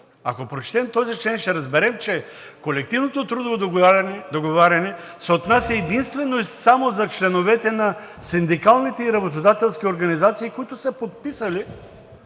Ако прочетем този член, ще разберем, че колективното трудово договаряне се отнася единствено и само за членовете на синдикалните и работодателските организации, които са подписали